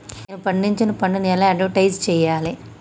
నేను పండించిన పంటను ఎలా అడ్వటైస్ చెయ్యాలే?